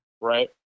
Right